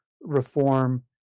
reform